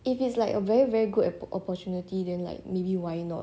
if it's like a very very good opportunity then like maybe why not